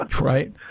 right